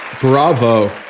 Bravo